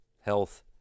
Health